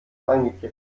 reingekippt